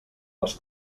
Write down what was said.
les